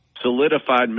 Solidified